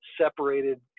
separated